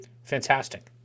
Fantastic